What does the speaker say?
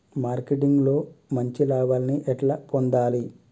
Marketing లో మంచి లాభాల్ని ఎట్లా పొందాలి?